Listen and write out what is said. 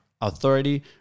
authority